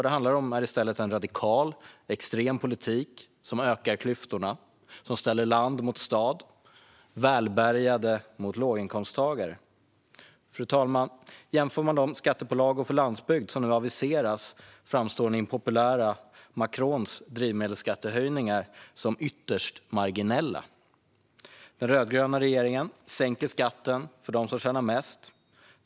Det är i stället en radikal och extrem politik som ökar klyftorna och som ställer land mot stad och välbärgade mot låginkomsttagare. Fru talman! Om man jämför de skattepålagor för landsbygd som nu aviseras framstår den impopuläre Macrons drivmedelsskattehöjningar som ytterst marginella. Den rödgröna regeringen sänker skatten för dem som tjänar mest.